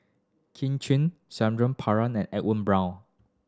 Kin Chui and Edwin Brown